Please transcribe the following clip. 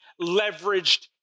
leveraged